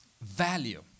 value